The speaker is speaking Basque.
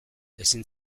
ezin